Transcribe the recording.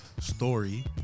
story